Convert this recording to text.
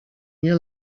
nie